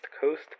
Coast